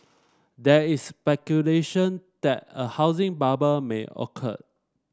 there is speculation that a housing bubble may occur